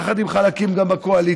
יחד עם חלקים גם בקואליציה,